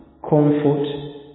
comfort